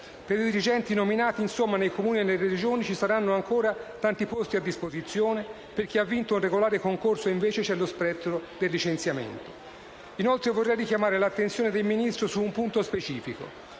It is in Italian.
Per i dirigenti nominati, insomma, nei Comuni e nelle Regioni ci saranno ancora tanti posti a disposizione. Per chi ha vinto un regolare concorso, invece, c'è lo spettro del licenziamento. Inoltre, vorrei richiamare l'attenzione del Ministro su un punto specifico: